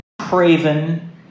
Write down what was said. craven